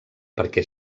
perquè